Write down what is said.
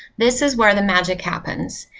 this is where the magic happens.